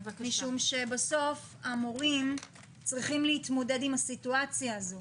משום שבסוף המורים צריכים להתמודד עם הסיטואציה הזו.